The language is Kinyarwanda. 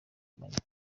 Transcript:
kumanywa